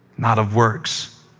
not of works.